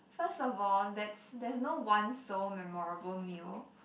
first of all that's there's no one sole memorable meal